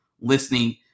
listening